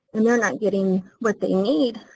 then they're not getting what they need,